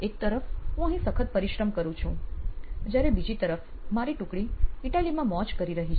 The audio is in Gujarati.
એક તરફ હું અહીં સખત પરિશ્રમ કરું છું જયારે બીજી તરફ મારી ટુકડી ઇટાલીમાં મોજ કરી રહી છે